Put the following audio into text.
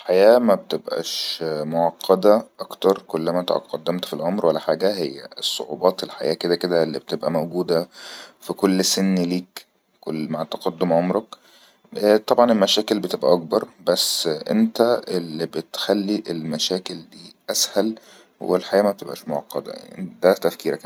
الحياة مابتبئاش معقده اكتر كلما تقدمت في العمر ولا حاجة هي الصعوبات الحياة كدا كدا الي تكون موجودة في كل سن لك كلما تقدم عمرك طبعا المشاكل بتبئا أكبر بس أنت اللي بتخلي المشاكل دي أسهل والحياة مابتبئاش معقدة ده تفكيرك انت